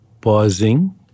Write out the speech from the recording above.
pausing